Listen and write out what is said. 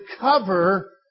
cover